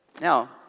Now